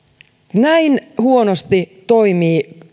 näin huonosti toimivat